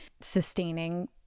sustaining